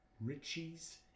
Richie's